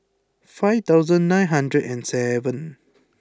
five thousand nine hundred and seven